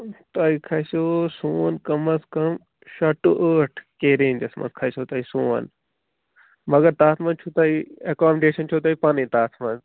تۄہہِ کَھسہِ سون کَمس کَم شےٚ ٹُو ٲٹھ کیٚنٛہہ رینٛجس منٛز کھسوٕ تۄہہِ سون مگر تَتھ منٛز چھُو تۄہہِ اٮ۪کامڈیشن چھَو تۄہہِ پنٕنۍ تَتھ منٛز